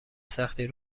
سختی